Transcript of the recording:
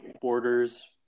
borders